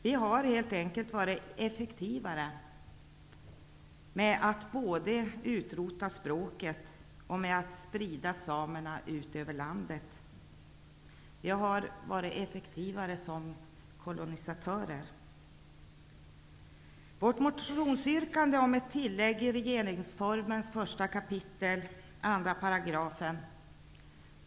Vi har helt enkelt varit effektivare med att utrota språket och att sprida samerna ut över landet. Vi har varit effektivare som kolonisatörer. Vårt motionsyrkande gäller ett tillägg i regeringsformen 1 > ekap. 2 §.